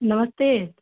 नमस्ते